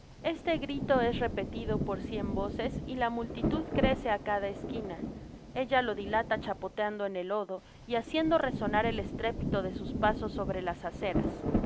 este grito es repetido por cien voces y la multitud crece á cada esquina ella lo dilata chapoleando en el lodo y haciendo resonar el estrépito de sus pasos sobre las aceras